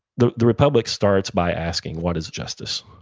the the republic starts by asking, what is justice?